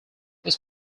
this